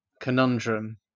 conundrum